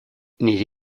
nire